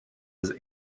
his